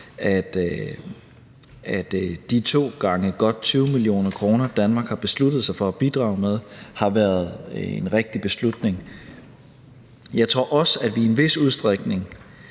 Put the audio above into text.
at de to gange godt 20 mio. kr., Danmark har besluttet sig for at bidrage med, har været en rigtig beslutning. Jeg tror også, at vi i en vis udstrækning